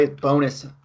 bonus